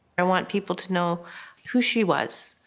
i want people to know who she was,